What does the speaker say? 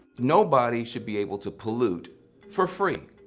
nobody should be able to pollute for free.